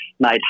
made